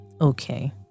Okay